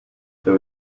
there